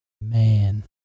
man